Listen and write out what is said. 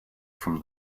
from